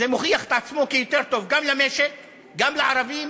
זה מוכיח את עצמו כיותר טוב גם למשק, גם לערבים